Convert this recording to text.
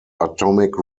atomic